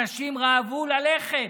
אנשים רעבו ללחם,